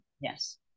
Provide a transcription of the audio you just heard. Yes